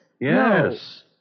Yes